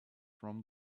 from